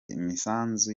imisanzu